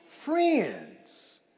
friends